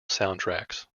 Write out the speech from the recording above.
soundtracks